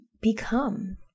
become